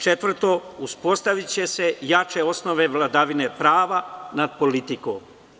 Četvrto, uspostaviće se jače osnove vladavine prava nad politikom.